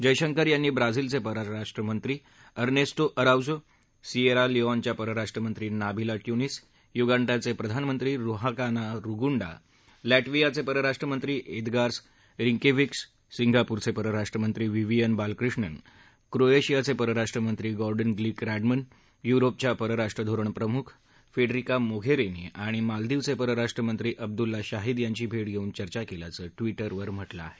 जयशंकर यांनी ब्राझीलचे परराष्ट्रमंत्री अरनेस्टो आरौजो सिएरा लिऑनच्या परराष्ट्रमंत्री नाबीला ट्युनीस युगांडाचे प्रधानमंत्री रुहाकाना रुगुंडा लॅटव्हियाचे परराष्ट्रमंत्री एदगार्स रिंकेव्हिक्स सिंगापूरचे परराष्ट्रमंत्री व्हिविअन बालक्रिष्णन क्रोएशियाचे परराष्ट्रमंत्री गॉर्डन श्लिक रॅडमन युरोपच्या परराष्ट्र धोरण प्रमुख फेडरिका मोघेरिनी आणि मालदिवचे परराष्ट्रमंत्री अब्दुला शाहिद यांच्या भेटी घेऊन चर्चा केल्याचं ट्विटरवर म्हटलं आहे